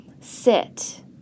sit